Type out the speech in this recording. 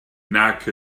nac